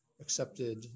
Accepted